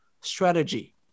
strategy